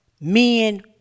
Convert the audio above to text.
men